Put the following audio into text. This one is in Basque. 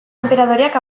enperadoreak